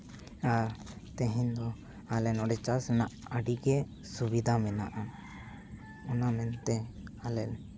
ᱟᱨ ᱛᱮᱦᱮᱧ ᱫᱚ ᱟᱞᱮ ᱱᱚᱸᱰᱮ ᱪᱟᱥ ᱨᱮᱱᱟᱜ ᱟᱹᱰᱤᱜᱮ ᱥᱩᱵᱤᱫᱷᱟ ᱢᱮᱱᱟᱜᱼᱟ ᱚᱱᱟ ᱢᱮᱱᱛᱮ ᱟᱞᱮ